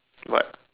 what